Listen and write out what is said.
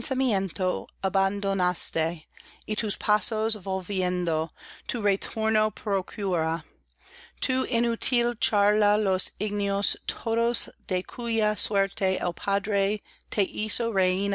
abandonaste y tus pasos volviendo tu retorno procura tu inútil charla los ingenios todos de cuja suerte el padre